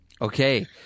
Okay